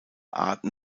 arten